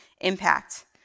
impact